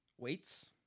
Weights